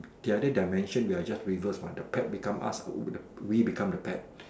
the other dimension we are just reverse by the pet become us we we become the pet